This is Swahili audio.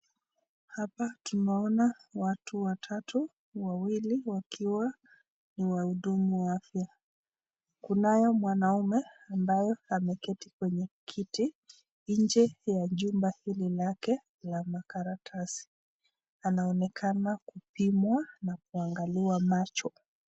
Hapa tunaona watu watatu wawili wakiwa ni wahudumu wa afya kunayo mwanaume amabye ameketi kwenye kiti nje ya jumba hili lake ya makaratasi anaonekana kupimwa na kuangaliwa macho.